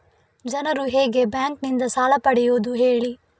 ಜನರು ಹೇಗೆ ಬ್ಯಾಂಕ್ ನಿಂದ ಸಾಲ ಪಡೆಯೋದು ಹೇಳಿ